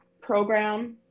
program